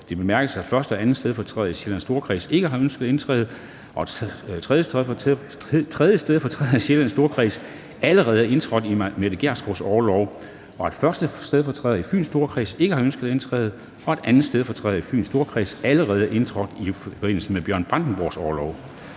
Det bemærkes, at 1. og 2. stedfortræder i Sjællands Storkreds ikke har ønsket at indtræde, at 3. stedfortræder i Sjællands Storkreds allerede er indtrådt i Mette Gjerskovs orlov, at 1. stedfortræder i Fyns Storkreds ikke har ønsket at indtræde, og at 2. stedfortræder i Fyns Storkreds allerede er indtrådt i forbindelse med Bjørn Brandenborgs orlov.